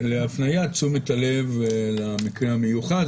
להפניית תשומת הלב למקרה המיוחד?